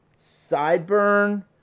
sideburn